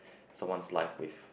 someone's life with